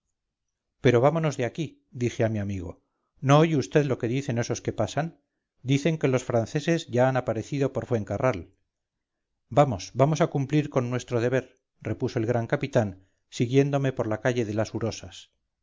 pero vámonos de aquí dije a mi amigo no oye vd lo que dicen esos que pasan dicen que los franceses han aparecido por fuencarral vamos vamos a cumplir con nuestro deber repuso el gran capitán siguiéndome por la calle de las urosas